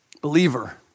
believer